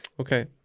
Okay